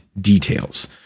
details